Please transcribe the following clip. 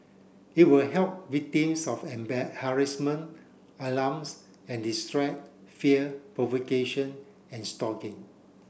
it will help victims of harassment alarms and distress fear provocation and stalking